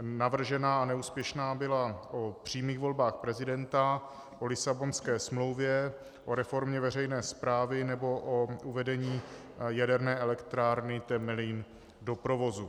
Navržená a neúspěšná byla o přímých volbách prezidenta, o Lisabonské smlouvě, o reformě veřejné správy nebo o uvedení jaderné elektrárny Temelín do provozu.